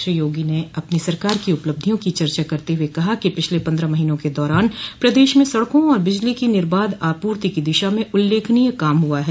श्री योगी ने अपनी सरकार की उपलब्धियों की चर्चा करते हुए कहा कि पिछले पन्द्रह महीनों के दौरान प्रदेश में सड़कों और बिजली की निबाध आपूर्ति की दिशा में उल्लेखनीय काम हुआ है